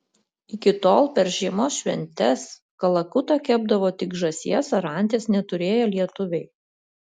iki tol per žiemos šventes kalakutą kepdavo tik žąsies ar anties neturėję lietuviai